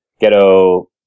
ghetto